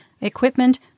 equipment